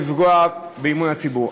יכולה לפגוע באמון הציבור.